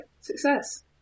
success